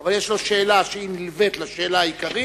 אבל יש לו שאלה שנלווית לשאלה העיקרית,